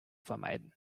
vermeiden